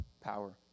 power